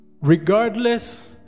regardless